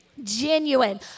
genuine